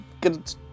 good